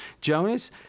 Jonas